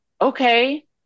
okay